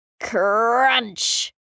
Crunch